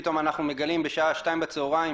פתאום אנחנו מגלים שבשעה שתיים בצהריים